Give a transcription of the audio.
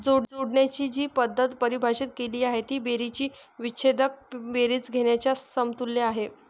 जोडण्याची जी पद्धत परिभाषित केली आहे ती बेरजेची विच्छेदक बेरीज घेण्याच्या समतुल्य आहे